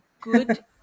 good